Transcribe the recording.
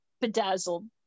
bedazzled